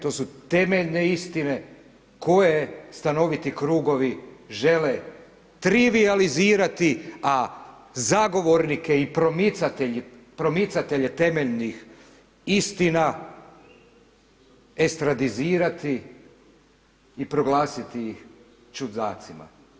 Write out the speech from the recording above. To su temeljne istine koje stanoviti krugovi žele trivijalizirati, a zagovornike i promicatelje temeljnih istina estradizirati i proglasiti iz čudacima.